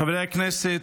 חברי הכנסת,